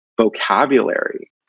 vocabulary